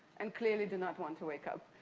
and clearly do not want to wake up.